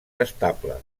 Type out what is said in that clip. estable